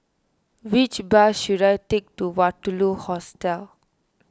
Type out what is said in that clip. which bus should I take to Waterloo Hostel